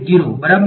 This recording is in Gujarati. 0 બરાબર ને